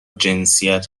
جنسیت